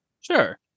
Sure